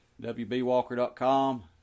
wbwalker.com